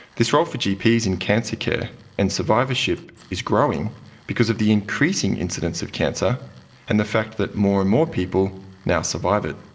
this role for gps in cancer care and survivorship is growing because of the increasing incidence of cancer and the fact that more and more people now survive it.